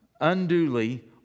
unduly